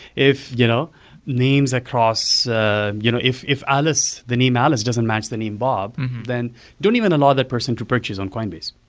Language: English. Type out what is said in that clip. if you know names across you know if if the name alice doesn't match the name bob, then don't even allow that person to purchase on coinbase.